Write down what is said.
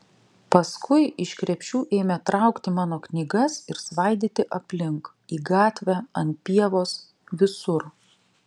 paskui iš krepšių ėmė traukti mano knygas ir svaidyti aplink į gatvę ant pievos visur